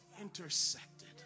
intersected